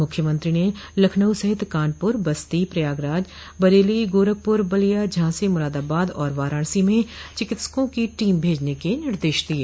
मुख्यमंत्री ने लखनऊ सहित कानपुर बस्ती प्रयागराज बरेली गोरखपुर बलिया झांसी मुरादाबाद और वाराणसी में चिकित्सकों की टीम भेजने के निर्देश दिये